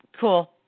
Cool